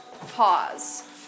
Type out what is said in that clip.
Pause